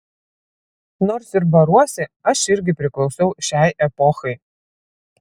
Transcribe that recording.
nors ir baruosi aš irgi priklausau šiai epochai